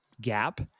gap